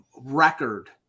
record